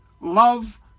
love